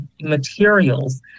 materials